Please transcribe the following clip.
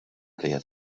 àrea